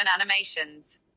Animations